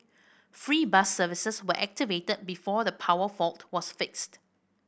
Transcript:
free bus services were activated before the power fault was fixed